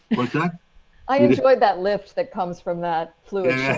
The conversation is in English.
like yeah i mean just glad that lift that comes from that fluid.